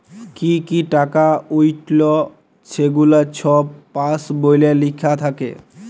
কি কি টাকা উইঠল ছেগুলা ছব পাস্ বইলে লিখ্যা থ্যাকে